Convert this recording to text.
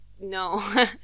no